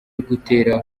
gutera